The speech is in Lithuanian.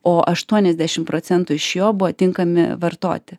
o aštuoniasdešimt procentų iš jo buvo tinkami vartoti